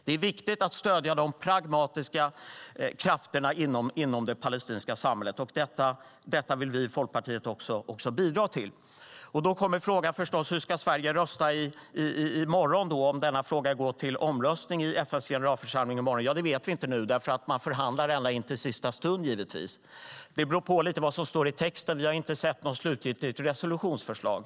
Det är viktigt att stödja de pragmatiska krafterna inom det palestinska samhället. Det vill vi i Folkpartiet bidra till. Därmed uppstår frågan hur Sverige ska rösta i morgon om denna fråga går till omröstning i FN:s generalförsamling. Ja, det vet vi inte ännu eftersom man förhandlar ända in i det sista. Det beror lite grann på vad som kommer att stå i texten. Vi har ännu inte sett något slutgiltigt resolutionsförslag.